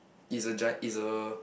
is a dried is a